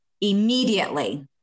immediately